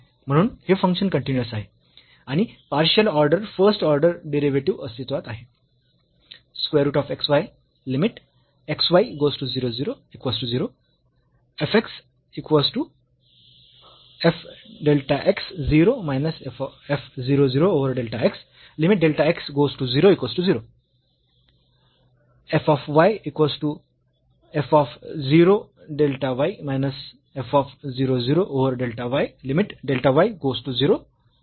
म्हणून हे function continuous आहे आणि partial order first order derivative अस्तित्वात आहे